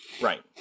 Right